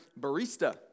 barista